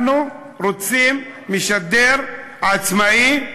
אנחנו רוצים מְשדר עצמאי,